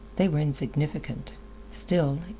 they were insignificant still,